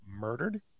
murdered